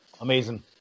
amazing